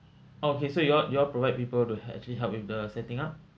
okay so you all you all provide people to actually help with the setting up